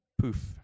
Poof